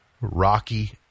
rocky